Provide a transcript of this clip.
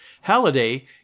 Halliday